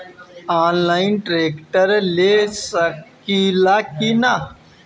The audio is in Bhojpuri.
आनलाइन ट्रैक्टर ले सकीला कि न?